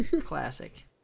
Classic